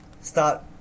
start